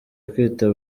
kwitaba